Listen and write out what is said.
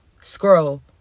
Scroll